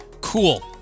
Cool